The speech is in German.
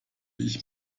ich